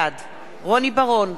בעד רוני בר-און,